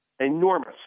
Enormous